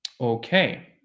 Okay